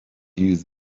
use